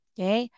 Okay